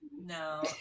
No